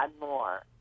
more